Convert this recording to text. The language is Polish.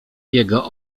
jego